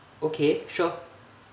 okay sure